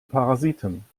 parasiten